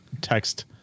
text